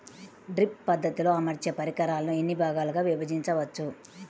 Drip పద్ధతిలో అమర్చే పరికరాలను ఎన్ని భాగాలుగా విభజించవచ్చు?